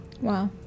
Wow